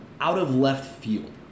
out-of-left-field